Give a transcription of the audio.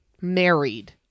married